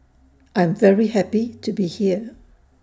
I'm very happy to be here